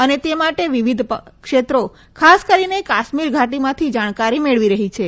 અને તે માટે વિવિધ ક્ષેત્રો ખાસ કરીને કાશ્મીર ધાટીમાંથી જાણકારી મેળવી રહી છે